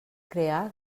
crear